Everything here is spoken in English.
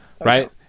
right